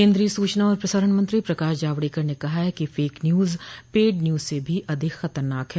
केन्द्रीय सूचना और प्रसारण मंत्री प्रकाश जावड़ेकर ने कहा है कि फेक न्यूज पेड न्यूज से भी अधिक खतरनाक है